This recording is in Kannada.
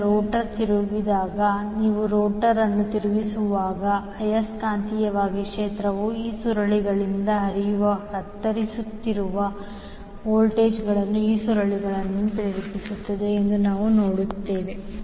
ಈಗ ರೋಟರ್ ತಿರುಗಿದಾಗ ನೀವು ರೋಟರ್ ಅನ್ನು ತಿರುಗಿಸುವಾಗ ಆಯಸ್ಕಾಂತೀಯ ಕ್ಷೇತ್ರವು ಈ ಸುರುಳಿಗಳಿಂದ ಹರಿವನ್ನು ಕತ್ತರಿಸುತ್ತದೆ ಮತ್ತು ವೋಲ್ಟೇಜ್ ಈ ಸುರುಳಿಗಳನ್ನು ಪ್ರೇರೇಪಿಸುತ್ತದೆ ಎಂದು ನಾವು ನೋಡಿದ್ದೇವೆ